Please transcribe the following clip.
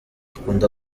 akunda